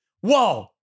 whoa